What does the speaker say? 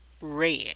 red